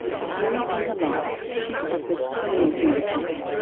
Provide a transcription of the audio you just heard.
for periods in her life she's suffered from an eating disorder.